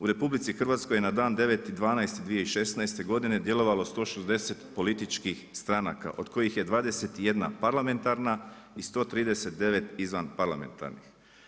U RH, je na dan 9.12.2016. godine djelovalo 160 političkih stranka, od kojih je 21 parlamentarna i 139 izvan parlamentarnih.